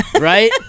Right